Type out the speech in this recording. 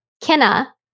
Kenna